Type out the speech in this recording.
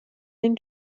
den